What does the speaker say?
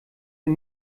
der